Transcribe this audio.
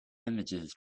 images